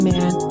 Man